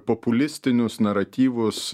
populistinius naratyvus